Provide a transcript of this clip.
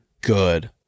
good